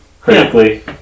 critically